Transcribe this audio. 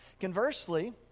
Conversely